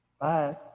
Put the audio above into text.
bye